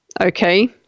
Okay